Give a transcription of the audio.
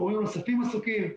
גורמים נוספים עסוקים.